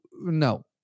no